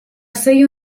seguir